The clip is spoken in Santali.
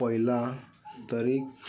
ᱯᱚᱭᱞᱟ ᱛᱟᱨᱤᱠᱷ